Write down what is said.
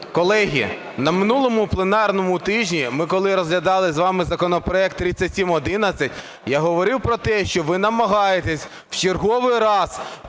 Колеги, на минулому пленарному тижні ми, коли розглядали з вами законопроект 3711, я говорив про те, що ви намагаєтесь в черговий раз